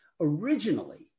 originally